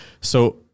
so-